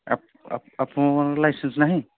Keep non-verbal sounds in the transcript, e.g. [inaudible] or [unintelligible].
ଆପଣଙ୍କର [unintelligible] ଲାଇସେନ୍ସ ନାହିଁ